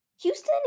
Houston